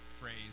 phrase